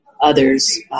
others